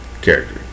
character